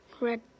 Red